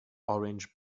orange